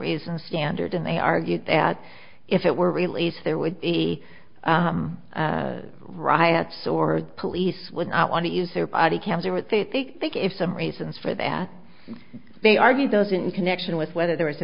reason standard and they argued that if it were released there would be riots or the police would not want to use their body count or what they think if some reasons for that they argued those in connection with whether there was a